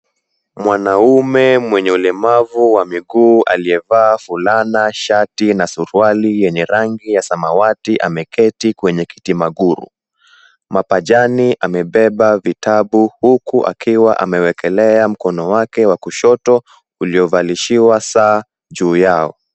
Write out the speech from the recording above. Mwanaume mwenye ulemavu wa miguu aliyevaa fulana, shati na suruali yenye rangi ya samawati ameketi kwenye kiti maguru. Mapajani amebeba vitabu huku amewekelea mkono wake wa kushoto uliovalishiwa saa juu yao.